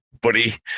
buddy